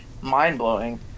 mind-blowing